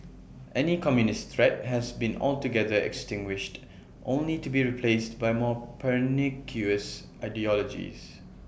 any communist threat has been altogether extinguished only to be replaced by more pernicious ideologies